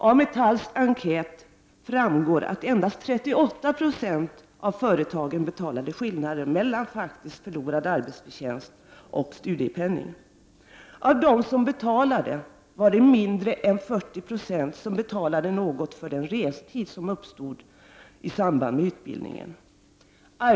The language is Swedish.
Av Metalls enkät framgår att endast 38 20 av företagen betalade skillnaden mellan faktisk förlorad arbetsförtjänst och studiepenning. Av dem som betalade var det mindre än 40 96 som betalade något för den restid som uppstod i samband med utbildningen.